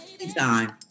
anytime